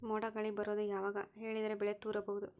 ಮೋಡ ಗಾಳಿ ಬರೋದು ಯಾವಾಗ ಹೇಳಿದರ ಬೆಳೆ ತುರಬಹುದು?